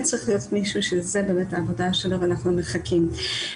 צריך להיות מישהו שיעשה את העבודה שלו ואנחנו מחכים לזה.